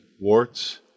warts